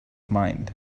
mind